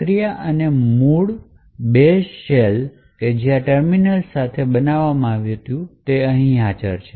પ્રક્રિયા અને મૂળ બેચ શેલ જે આ ટર્મિનલ સાથે બનાવવામાં આવ્યું હતું તે અહીં હાજર છે